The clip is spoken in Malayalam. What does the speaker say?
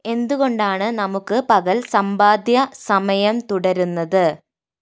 എന്തുകൊണ്ടാണ് നമുക്ക് പകൽ സമ്പാദ്യ സമയം തുടരുന്നത്